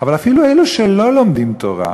אבל אפילו אלו שלא לומדים תורה,